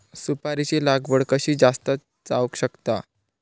सुपारीची लागवड कशी जास्त जावक शकता?